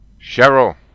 Cheryl